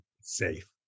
safe